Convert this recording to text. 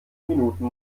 minuten